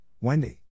Wendy